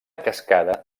cascada